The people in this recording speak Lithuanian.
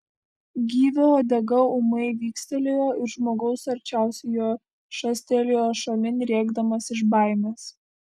gyvio uodega ūmai vikstelėjo ir žmogus arčiausiai jo šastelėjo šalin rėkdamas iš baimės